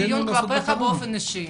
באופן אישי.